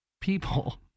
people